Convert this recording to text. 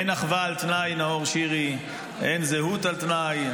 אין אחווה על תנאי נאור שירי, אין זהות על תנאי.